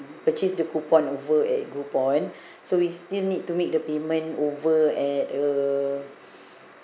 purchase the coupon over at groupon so we still need to make the payment over at uh